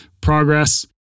progress